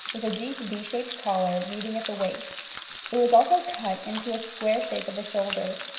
with a deep v shaped collar meeting at the waist it was also cut into a square shape at the shoulders,